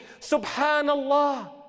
Subhanallah